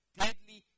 deadly